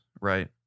right